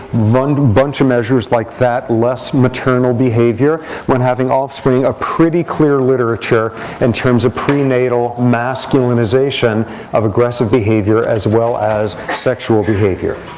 and bunch of measures like that, less maternal behavior when having offspring a pretty clear literature in terms of prenatal masculinization of aggressive behavior, as well as sexual behavior.